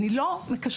אני לא מקשקשת.